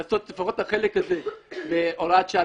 לעשות לפחות את החלק הזה בהוראת שעה,